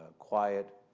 ah quiet,